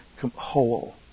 whole